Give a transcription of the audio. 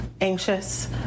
anxious